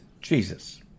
Jesus